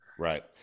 Right